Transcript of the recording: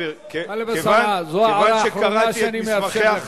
טלב אלסאנע, זו הערה אחרונה שאני מאפשר לך.